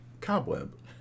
Cobweb